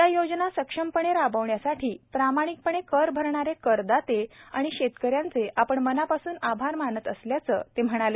या योजना सक्षमपणे राबविण्यासाठी प्रामाणिकपणे कर भरणारे करदाते आणि शेतकऱ्यांचे आपण मनापासून आभार मनात असल्याचे त्यांनी सांगितले